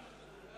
מי נמנע?